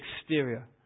exterior